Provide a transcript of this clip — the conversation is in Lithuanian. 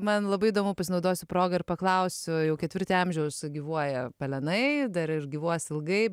man labai įdomu pasinaudosiu proga ir paklausiu jau ketvirtį amžiaus gyvuoja pelenai dar ir gyvuos ilgai